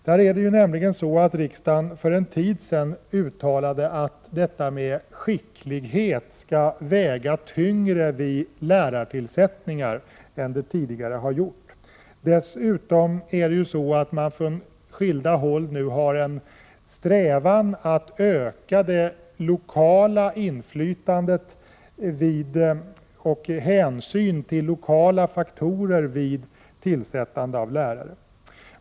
Det är nämligen så att riksdagen för en tid sedan uttalade att skickligheten skall väga tyngre vid lärartillsättningar än den tidigare har gjort. Dessutom är det ju så att man från skilda håll har en strävan att öka det lokala inflytandet och hänsynen till lokala faktorer vid tillsättandet av lärare.